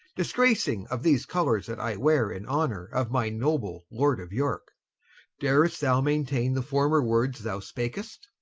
disgracing of these colours that i weare, in honor of my noble lord of yorke dar'st thou maintaine the former words thou spak'st?